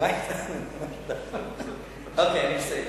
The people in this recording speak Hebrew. אני מסיים.